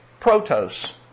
protos